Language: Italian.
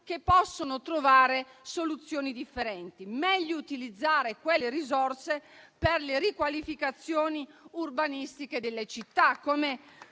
che possono trovare soluzioni differenti. È meglio utilizzare quelle risorse per le riqualificazioni urbanistiche delle città, come